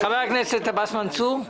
חבר הכנסת עבאס מנסור?